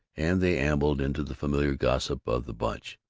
and they ambled into the familiar gossip of the bunch.